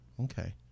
Okay